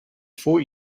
fort